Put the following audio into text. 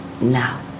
now